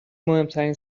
مهمترین